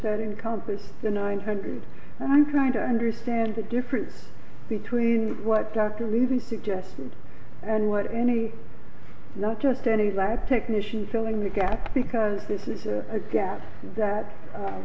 that encompass the nine hundred and i'm trying to understand the difference between what dr levy suggested and what any not just any lab technician filling the gap because this is a gap that